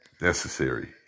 necessary